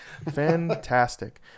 fantastic